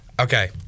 Okay